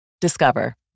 Discover